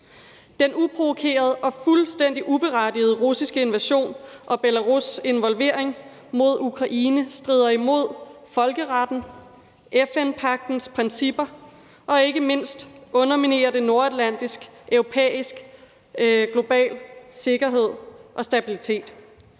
Den uprovokerede og fuldstændig uberettigede russiske invasion og Belarus' involvering mod Ukraine strider imod folkeretten og FN-pagtens principper, og ikke mindst underminerer den nordatlantisk, europæisk og global sikkerhed og stabilitet.